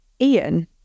Ian